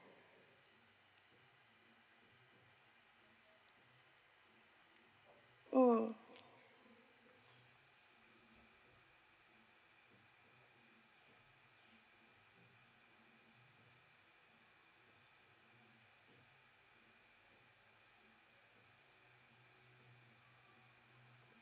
mm